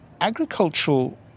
agricultural